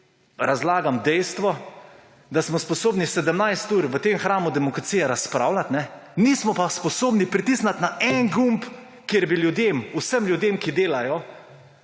razložim dejstvo, da smo sposobni 17 ur v teh hramu demokracije razpravljati, nismo pa sposobni pritisniti na en gumb, kjer bi ljudem, vsem ljudem, ki delajo